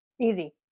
Easy